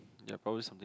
ya probably something